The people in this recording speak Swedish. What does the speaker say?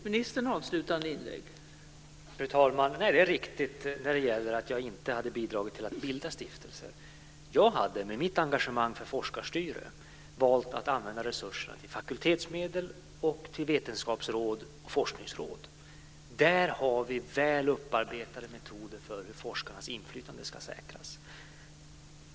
Fru talman! Nej, det är riktigt att jag inte har bidragit till att bilda stiftelser. Med mitt engagemang för forskarstyre skulle jag ha valt att använda resurserna till fakultetsmedel och till vetenskapsråd och forskningsråd. Där har vi väl upparbetade metoder för hur forskarnas inflytande ska säkras.